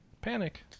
Panic